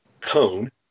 cone